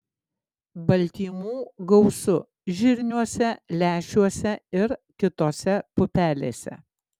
baltymų gausu žirniuose lęšiuose ir kitose pupelėse